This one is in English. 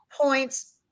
points